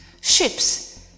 ships